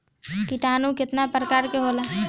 किटानु केतना प्रकार के होला?